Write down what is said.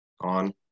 on